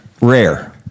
Rare